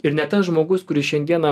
ir net tas žmogus kuris šiandieną